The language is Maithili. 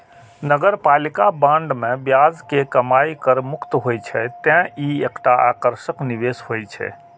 नगरपालिका बांड मे ब्याज के कमाइ कर मुक्त होइ छै, तें ई एकटा आकर्षक निवेश होइ छै